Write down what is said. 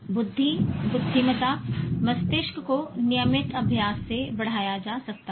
बुद्धि बुद्धिमता मस्तिष्क को नियमित अभ्यास से बढ़ाया जा सकता है